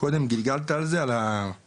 קודם גלגלת על זה על הקנאביס,